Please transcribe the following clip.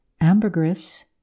Ambergris